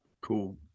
Cool